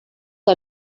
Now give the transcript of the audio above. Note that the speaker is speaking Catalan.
que